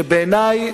שבעיני,